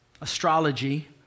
astrology